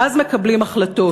ואז מקבלים החלטות.